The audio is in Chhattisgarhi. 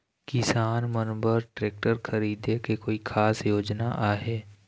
किसान मन बर ट्रैक्टर खरीदे के कोई खास योजना आहे?